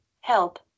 help